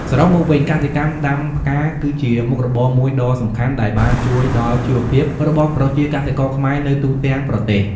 សរុបមកវិញកសិកម្មដាំផ្កាគឺជាមុខរបរមួយដ៏សំខាន់ដែលបានជួយដល់ជីវភាពរបស់ប្រជាកសិករខ្មែរនៅទូទាំងប្រទេស។